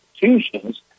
institutions